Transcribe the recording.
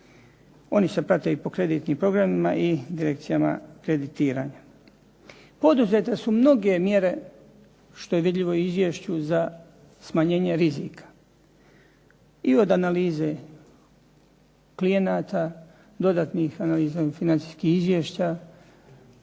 Oni se prate i po kreditnim programima i direkcijama kreditiranja. Poduzete su mnoge mjere što je vidljivo i u izvješću za smanjenje rizika i od analize klijenata, dodatnih analiza i financijskih izvješća,